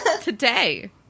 today